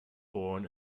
born